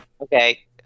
okay